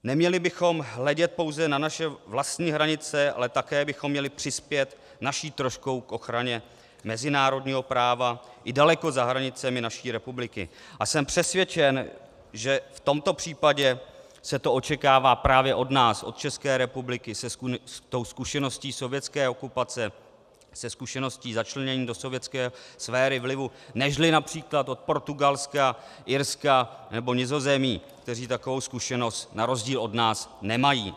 Neměli bychom hledět pouze na naše vlastní hranice, ale také bychom měli přispět naší troškou k ochraně mezinárodního práva i daleko za hranicemi naší republiky, a jsem přesvědčen, že v tomto případě se to očekává právě od nás, od České republiky, s tou zkušeností sovětské okupace, se zkušeností začlenění do sovětské sféry vlivu než například od Portugalska, Irska nebo Nizozemí, které takovou zkušenost na rozdíl od nás nemají.